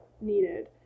needed